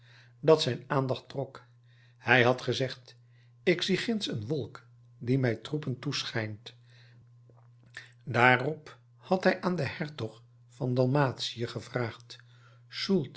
dat zijn aandacht trok hij had gezegd ik zie ginds een wolk die mij troepen toeschijnt daarop had hij aan den hertog van dalmatie gevraagd